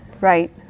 Right